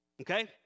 Okay